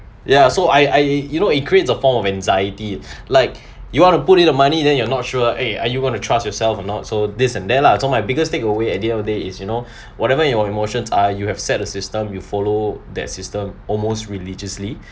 ya so I I you know it creates a form of anxiety like you want to put in the money then you are not sure eh are you going to trust yourself or not so this and that lah so my biggest take away at the end of day is you know whatever your emotions are you have set a system you follow that system almost religiously